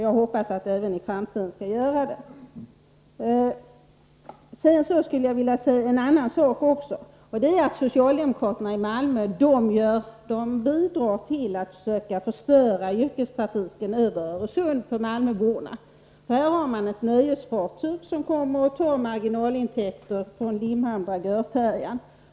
Jag hoppas att de även i framtiden skall göra det. Jag skulle vilja säga en annan sak också, nämligen att socialdemokraterna i Malmö försöker förstöra yrkestrafiken över Öresund för malmöborna. Här har man ett nöjesfartyg som kommer och tar marginalintäkter från Limhamn-Dragör-färjan.